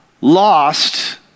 lost